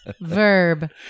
verb